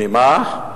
ממה?